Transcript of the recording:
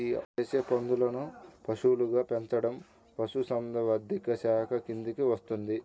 దేశీయ పందులను పశువులుగా పెంచడం పశుసంవర్ధక శాఖ కిందికి వస్తుంది